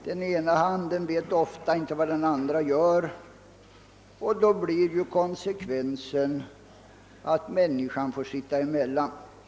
Den ena handen vet ofta inte vad den andra gör, och då blir konsekvensen att människan får sitta emellan.